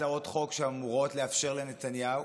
הצעות החוק שאמורות לאפשר לנתניהו